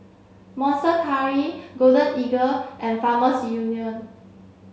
Monster Curry Golden Eagle and Farmers Union